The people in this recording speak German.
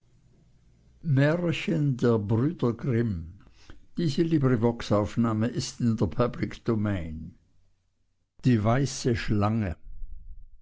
die weiße schlange